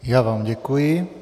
Já vám děkuji.